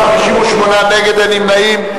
58 נגד, אין נמנעים.